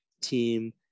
team